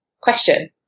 question